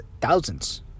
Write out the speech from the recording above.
thousands